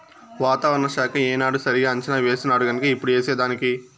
వాతావరణ శాఖ ఏనాడు సరిగా అంచనా వేసినాడుగన్క ఇప్పుడు ఏసేదానికి